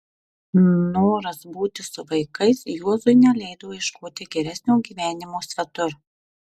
noras būti su vaikais juozui neleido ieškoti geresnio gyvenimo svetur